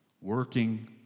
working